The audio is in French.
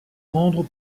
rendre